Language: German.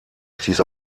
stieß